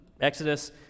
Exodus